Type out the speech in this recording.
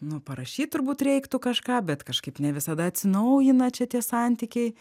nu parašyt turbūt reiktų kažką bet kažkaip ne visada atsinaujina čia tie santykiai